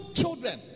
children